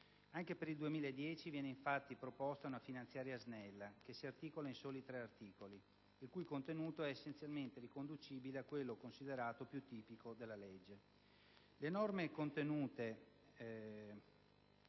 Anche per il 2010 viene infatti proposta una finanziaria snella, che si articola in soli tre articoli, il cui contenuto è essenzialmente riconducibile a quello considerato più tipico della legge.